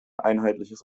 einheitliches